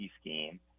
scheme